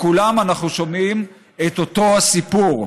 מכולם אנחנו שומעים את אותו הסיפור,